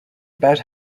about